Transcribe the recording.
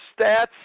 stats